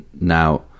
now